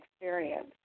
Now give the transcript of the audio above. experience